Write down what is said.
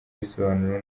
risobanura